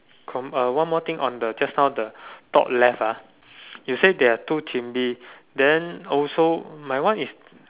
com uh one more thing on the just now the top left ah you said there are two chimney then also my one is